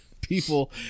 people